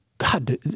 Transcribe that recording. God